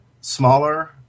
smaller